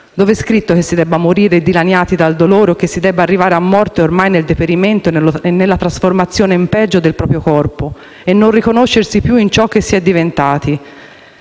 dov'è scritto che si debba morire dilaniati dal dolore, o che si debba arrivare a morte ormai nel deperimento o nella trasformazione in peggio del proprio corpo, non riconoscendosi più in ciò che si è diventati.